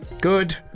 Good